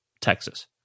Texas